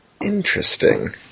Interesting